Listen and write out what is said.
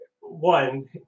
one